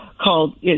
called